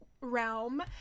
realm